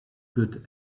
good